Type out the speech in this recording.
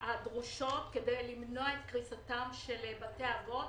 הדרושות כדי למנוע את קריסתם של בתי האבות